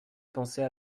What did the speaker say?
penser